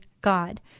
God